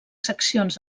seccions